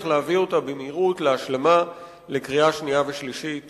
להביא אותה במהירות להשלמה ולקריאה שנייה ושלישית